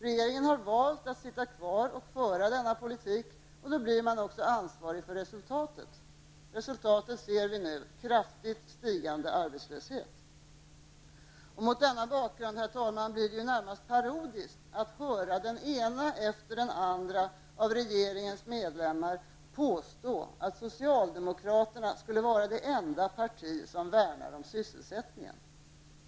Regeringen har valt att sitta kvar och föra denna politik, och då blir den också ansvarig för resultatet. Resultatet ser vi nu -- kraftigt stigande arbetslöshet. Mot denna bakgrund, herr talman, blir det närmast parodiskt att höra den ena efter den andra av regeringens medlemmar påstå att socialdemokraterna skulle vara det enda parti som värnar om sysselsättningen.